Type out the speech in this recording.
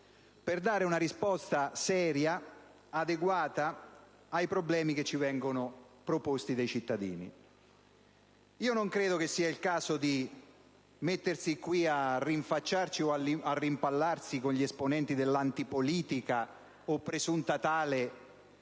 per dare una risposta seria e adeguata ai problemi che ci vengono proposti dai cittadini. Non credo che sia il caso di mettersi qui a rinfacciarsi o rimpallarsi con gli esponenti dell'antipolitica, o presunta tale,